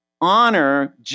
honor